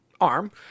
arm